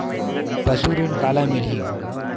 पशु ऋण काला मिलही?